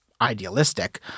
idealistic